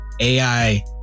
AI